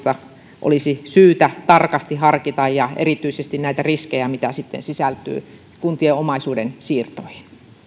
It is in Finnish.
itsenäisyyden näkökulmasta olisi syytä kyllä tarkasti harkita ja erityisesti näitä riskejä mitä sisältyy kuntien omaisuuden siirtoihin